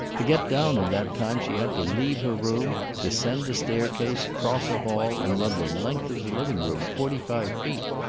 to get down in that time she had to leave her room, descend a staircase, cross a hall and run the length of the living-room, forty-five feet.